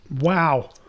wow